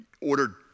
ordered